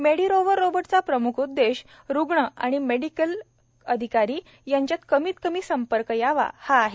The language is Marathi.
मेडी रोवर रोबोटचा प्रम्ख उद्देश रुग्ण आणि मेडिकल अधिकारी यांचा कमीत कमी संपर्क यावा हा आहे